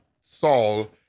Saul